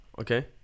Okay